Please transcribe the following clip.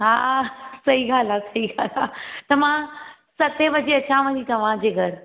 हा सही ॻाल्ह आहे सही ॻाल्हि आहे त मां सते बजे अचांव थी तव्हांजे घरु